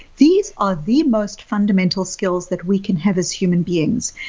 these are the most fundamental skills that we can have as human beings.